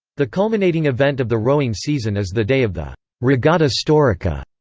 the culminating event of the rowing season is the day of the regata storica,